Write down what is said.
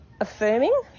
affirming